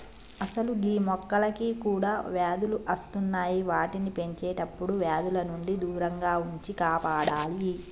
అసలు గీ మొక్కలకి కూడా వ్యాధులు అస్తున్నాయి వాటిని పెంచేటప్పుడు వ్యాధుల నుండి దూరంగా ఉంచి కాపాడాలి